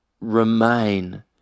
remain